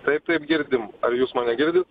taip taip girdim ar jūs mane girdit